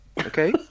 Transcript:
okay